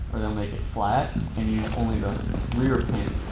or they'll make it flat and use only the rear pin.